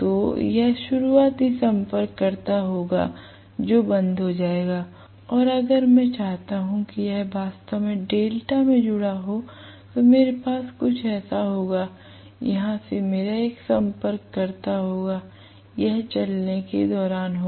तो यह शुरुआती संपर्ककर्ता होगा जो बंद हो जाएगा और अगर मैं चाहता हूं कि यह वास्तव में डेल्टा में जुड़ा हो तो मेरे पास कुछ ऐसा होगा यहां से मेरा एक संपर्ककर्ता होगा यह चलने के दौरान होगा